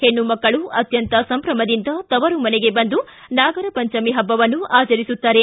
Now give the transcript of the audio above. ಹೆಣ್ಣು ಮಕ್ಕಳು ಅತ್ತಂತ ಸಂಭ್ರಮದಿಂದ ತವರು ಮನೆಗೆ ಬಂದು ನಾಗರ ಪಂಚಮಿ ಹಬ್ಬವನ್ನು ಆಚರಿಸುತ್ತಾರೆ